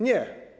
Nie.